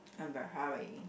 I'm very hairy